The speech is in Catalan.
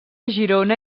girona